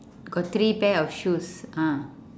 got three pair of shoes ah